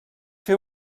fer